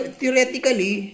Theoretically